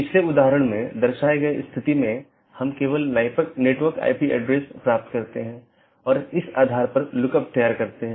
सत्र का उपयोग राउटिंग सूचनाओं के आदान प्रदान के लिए किया जाता है और पड़ोसी जीवित संदेश भेजकर सत्र की स्थिति की निगरानी करते हैं